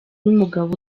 n’umugabo